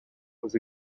was